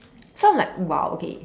so I'm like !wow! okay